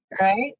right